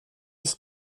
ich